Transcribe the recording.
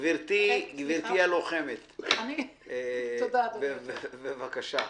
גברתי הלוחמת, בבקשה.